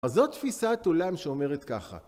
אז זו תפיסת עולם שאומרת ככה